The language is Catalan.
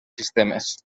sistemes